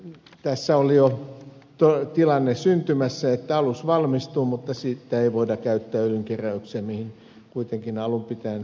tässä oli jo syntymässä tilanne että alus valmistuu mutta sitä ei voida käyttää öljynkeräykseen mihin sen kuitenkin alun pitäen piti suuntautua